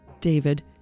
David